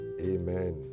Amen